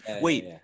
Wait